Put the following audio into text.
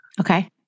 Okay